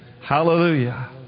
Hallelujah